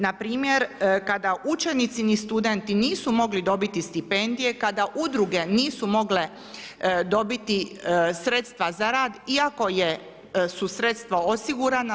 Na primjer kada učenici ni studenti nisu mogli dobiti stipendije, kada udruge nisu mogle dobiti sredstva za rad iako su sredstva osigurana.